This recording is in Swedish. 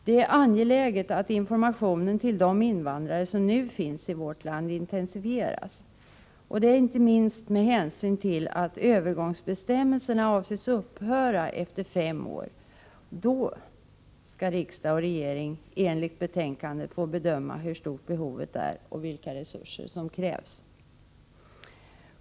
Det är angeläget att informationen till de invandrare som nu finns i vårt land intensifieras — inte minst med hänsyn till att övergångsbestämmelser nu avses upphöra efter fem år. Då skall riksdag och regering enligt betänkandet få bedöma hur stort behovet är och vilka resurser som krävs.